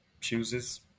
chooses